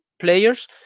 players